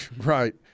Right